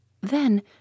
Then